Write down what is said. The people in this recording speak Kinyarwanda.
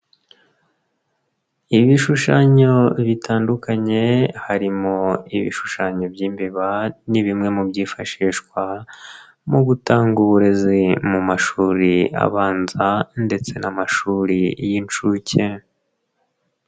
Ibishushanyo bitandukanye harimo ibishushanyo by'imbeba, ni bimwe mu byifashishwa mu gutanga uburezi mu mashuri abanza ndetse n'amashuri y'inshuke.